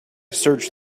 search